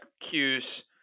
cues